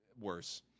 worse